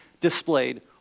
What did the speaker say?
displayed